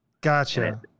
gotcha